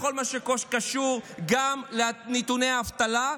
כל מה שקשור גם לנתוני אבטלה,